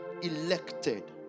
elected